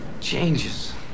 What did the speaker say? changes